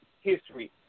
history